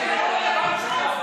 לא נכון,